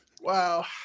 wow